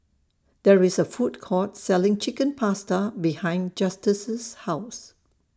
There IS A Food Court Selling Chicken Pasta behind Justus' House